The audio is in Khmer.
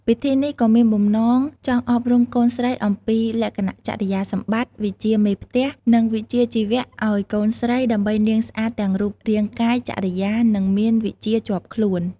ពិធីនេះក៏មានបំណង ចង់អប់រំកូនស្រី អំពីលក្ខណៈចរិយាសម្បត្តិ វិជ្ជាមេផ្ទះ និង វិជ្ជាជីវៈឱ្យកូនស្រី ដើម្បីនាងស្អាតទាំងរូបរាងកាយ ចរិយា និងមានវិជ្ជាជាប់ខ្លួន។